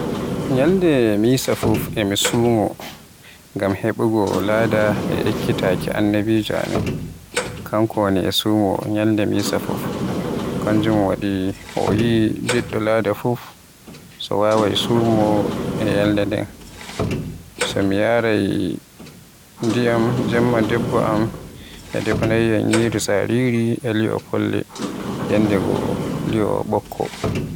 Nyalde Misa fuf e sumo, ngam heɓugo laada e ekkitaaki annabijo amin. Kanko woni e sumo nyalde Misa fuf, kanjum wadi O yi njiɗɗo laada fuf so wawai sumo e nyalde nden. So mi yaraay ndiyam jemma debbo am e defaanayam nyiri tsariri e li'o folle nyalde go li'o ɓokko.